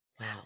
wow